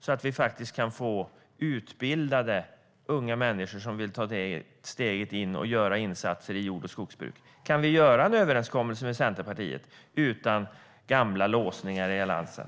Då kan vi få utbildade unga människor som vill ta steget och göra insatser i jord och skogsbruket. Kan vi ingå en överenskommelse med Centerpartiet utan gamla låsningar i Alliansen?